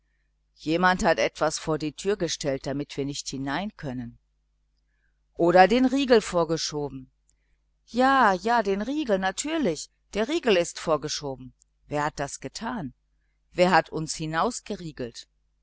jemand hat etwas vor die türe gestellt damit wir nicht hereinkönnen oder den riegel vorgeschoben ja ja den riegel natürlich der riegel ist vorgeschoben wer hat das getan wer hat uns